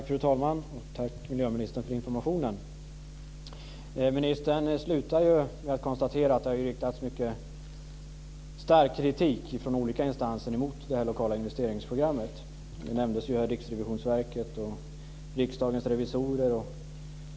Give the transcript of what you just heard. Fru talman! Tack för informationen, miljöministern. Ministern slutar med att konstatera att det har riktats mycket stark kritik från olika instanser mot detta lokala investeringsprogram. Ministern nämnde Riksrevisionsverket och Riksdagens revisorer.